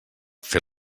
fer